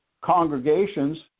congregations